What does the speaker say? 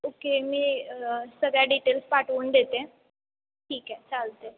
okay मी सगळ्या details पाठवून देते ठीक आहे चालते